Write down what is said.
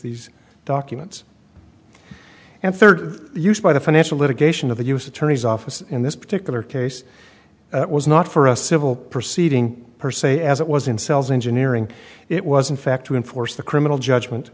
these documents and third used by the financial litigation of the u s attorney's office in this particular case it was not for a civil proceeding per se as it was in sales engineering it was in fact to enforce the criminal judgment